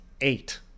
eight